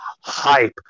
hype